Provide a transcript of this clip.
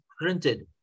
printed